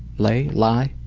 lei, lai?